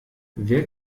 wer